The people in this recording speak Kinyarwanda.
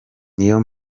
niyo